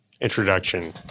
Introduction